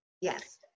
Yes